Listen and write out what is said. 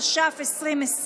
התש"ף 2020,